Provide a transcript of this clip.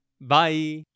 Bye